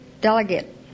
delegate